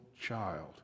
child